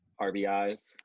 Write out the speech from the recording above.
rbis